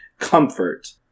comfort